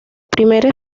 primera